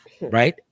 Right